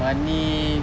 money